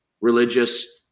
religious